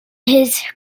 his